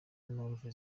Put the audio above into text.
n’impamvu